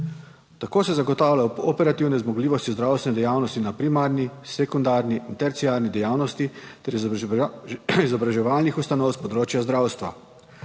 Tako se zagotavlja operativne zmogljivosti zdravstvene dejavnosti na primarni, sekundarni in terciarni dejavnosti ter izobraževalnih ustanov s področja zdravstva.